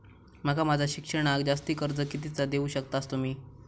माका माझा शिक्षणाक जास्ती कर्ज कितीचा देऊ शकतास तुम्ही?